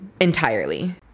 entirely